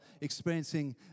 experiencing